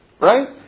right